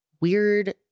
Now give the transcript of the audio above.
weird